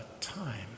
time